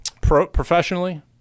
professionally